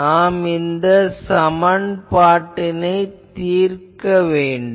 நாம் இந்த சமன்பாட்டினைத் தீர்க்க வேண்டும்